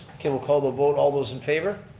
okay, we'll call the vote. all those in favor.